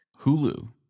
Hulu